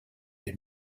est